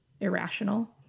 irrational